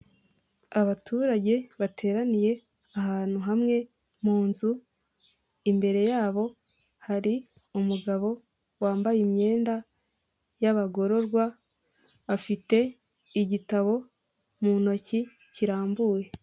Abaturage bateraniye ahantu hamwe mu nzu, imbere yabo hari umugabo wambaye imyenda y'abagororwa, afite igitabo mu ntoki kirambuye.